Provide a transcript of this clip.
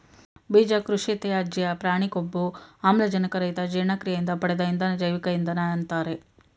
ಬೀಜ ಕೃಷಿತ್ಯಾಜ್ಯ ಪ್ರಾಣಿ ಕೊಬ್ಬು ಆಮ್ಲಜನಕ ರಹಿತ ಜೀರ್ಣಕ್ರಿಯೆಯಿಂದ ಪಡೆದ ಇಂಧನ ಜೈವಿಕ ಇಂಧನ ಅಂತಾರೆ